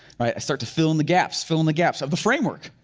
right, i start to fill in the gaps, fill in the gaps of the frame work.